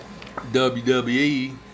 WWE